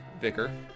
vicar